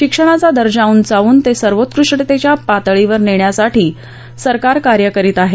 शिक्षणाचा दर्जा उंचावून ते सर्वोत्कृष्टतेच्या पातळीवर नेण्यासाठी सरकार कार्य करीत आहे